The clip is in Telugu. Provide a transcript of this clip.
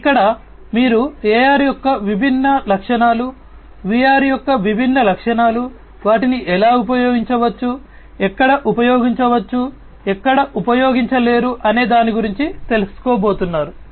కాబట్టి ఇక్కడ మీరు AR యొక్క విభిన్న లక్షణాలు VR యొక్క విభిన్న లక్షణాలు వాటిని ఎలా ఉపయోగించవచ్చు ఎక్కడ ఉపయోగించవచ్చు ఎక్కడ ఉపయోగించలేరు అనే దాని గురించి తెలుసుకోబోతున్నారు